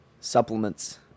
supplements